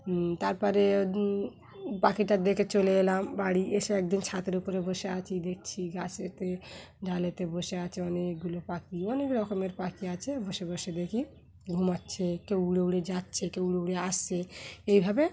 তারপরে পাখিটা দেখে চলে এলাম বাড়ি এসে একদিন ছাতের উপরে বসে আছি দেখছি গাছেতে ডালেতে বসে আছে অনেকগুলো পাখি অনেক রকমের পাখি আছে বসে বসে দেখি ঘুমাচ্ছে কেউ উড়ে উড়ে যাচ্ছে কেউ উড়ে উড়ে আসছে এইভাবে